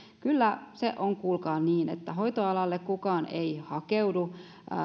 kyllä se on kuulkaa niin että hoitoalalle kukaan ei hakeudu